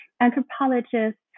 anthropologists